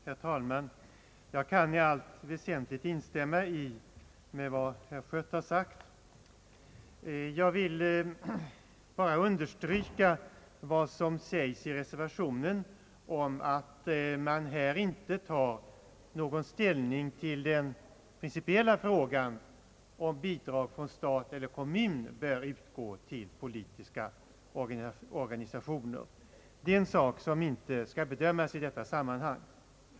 Herr talman! Jag kan i allt väsentligt instämma med vad herr Schött har sagt. Jag vill bara understryka vad som sägs i reservationen om att man här inte tar någon ställning till den principiella frågan om bidrag från stat eller kommun bör utgå till politiska organisationer. Den frågan skall inte bedömas i detta sammanhang.